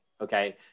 Okay